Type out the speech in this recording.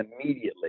immediately